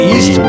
East